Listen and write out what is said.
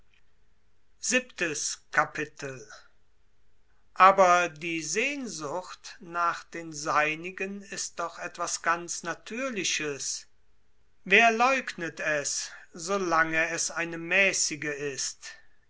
aber die sehnsucht nach den seinigen ist doch etwas natürliches wer leugnet es so lange eine mäßige ist